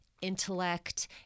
intellect